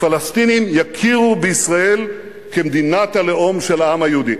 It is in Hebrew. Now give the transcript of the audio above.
הפלסטינים יכירו בישראל כמדינת הלאום של העם היהודי.